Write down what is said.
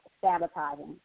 sabotaging